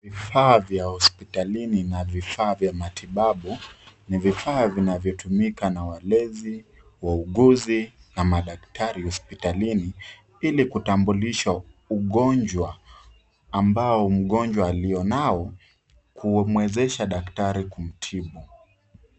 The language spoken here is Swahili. Vifaa vya hospitalini na vifaa vya matibabu ni vifaa vinavyotumika na walezi, wauguzi na madktari hospitalini ili kutambulisha ugonjwa ambao mgonjwa alionao kumwezesha daktari kumtibu.